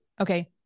Okay